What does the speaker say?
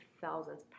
thousands